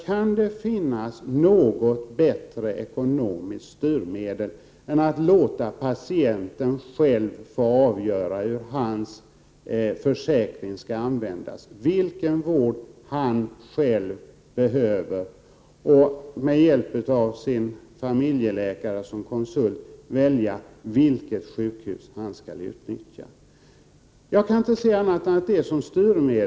Kan det finnas något bättre ekonomiskt styrmedel än att låta patienten själv få avgöra hur hans försäkring skall användas, avgöra vilken vård han själv behöver och med hjälp av sin familjeläkare som konsult välja vilket sjukhus han skall utnyttja?